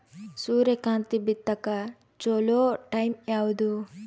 ಸೂರ್ಯಕಾಂತಿ ಬಿತ್ತಕ ಚೋಲೊ ಟೈಂ ಯಾವುದು?